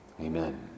Amen